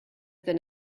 their